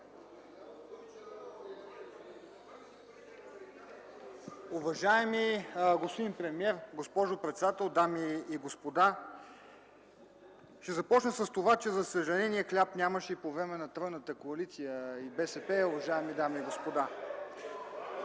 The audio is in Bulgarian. Уважаеми господин премиер, госпожо председател, дами и господа! Ще започна с това, че за съжаление хляб нямаше и по време на тройната коалиция и БСП, уважаеми дами и господа!